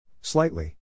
Slightly